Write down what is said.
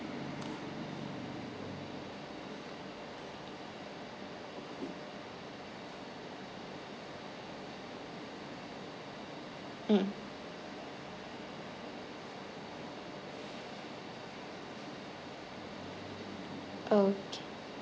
mm okay